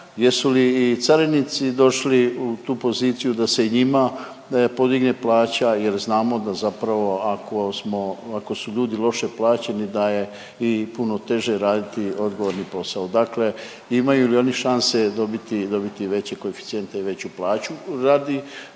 jesu li i carinici došli u tu poziciju da se i njima podigne plaća jer znamo da zapravo ako smo, ako su ljudi loše plaćeni da je i puno teže raditi odgovorni posao, dakle imaju li oni šanse dobiti, dobiti veće koeficijente i veću plaću radi,